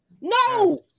No